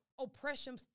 oppression